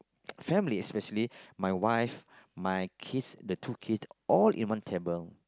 family especially my wife my kids the two kids all in one table